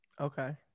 Okay